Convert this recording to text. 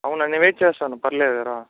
అవునా నేను వెయిట్ చేస్తాను పర్లేదు రా